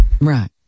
Right